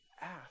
ask